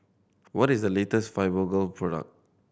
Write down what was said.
what is the latest Fibogel product